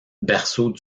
berceau